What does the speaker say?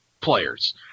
players